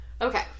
okay